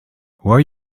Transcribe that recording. where